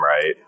right